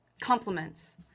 compliments